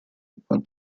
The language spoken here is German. war